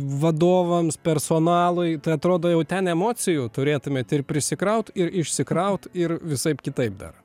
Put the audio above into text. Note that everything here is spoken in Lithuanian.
vadovams personalui atrodo jau ten emocijų turėtumėt ir prisikraut ir išsikraut ir visaip kitaip dar